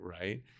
right